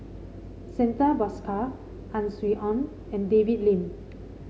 Santha Bhaskar Ang Swee Aun and David Lim